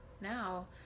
now